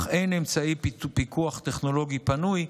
אך אין אמצעי פיקוח טכנולוגי פנוי.